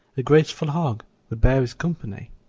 a graceful hog would bear his company.